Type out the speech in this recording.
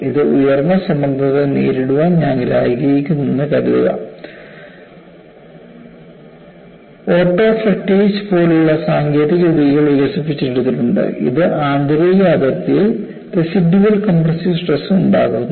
ഇത് ഉയർന്ന സമ്മർദ്ദത്തെ നേരിടാൻ ഞാൻ ആഗ്രഹിക്കുന്നുവെന്ന് കരുതുക ഓട്ടോഫ്രെറ്റേജ് പോലുള്ള സാങ്കേതിക വിദ്യകൾ വികസിപ്പിച്ചെടുത്തിട്ടുണ്ട് ഇത് ആന്തരിക അതിർത്തിയിൽ റസിഡ്യൂവൽ കംപ്രസ്സീവ് സ്ട്രെസ് ഉണ്ടാക്കുന്നു